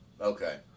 Okay